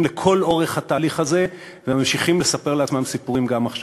לכל אורך התהליך הזה וממשיכים לספר לעצמם סיפורים גם עכשיו.